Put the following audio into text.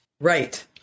Right